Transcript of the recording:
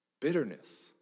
bitterness